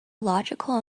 illogical